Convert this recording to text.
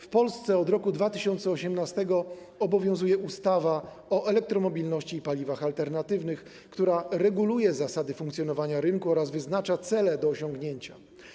W Polsce od roku 2018 obowiązuje ustawa o elektromobilności i paliwach alternatywnych, która reguluje zasady funkcjonowania rynku oraz wyznacza cele do osiągnięcia.